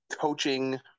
coaching